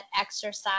exercise